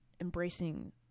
embracing